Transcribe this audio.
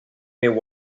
meu